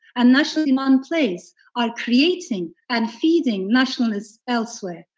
and national demand plays are creating and feeding nationalists elsewhere.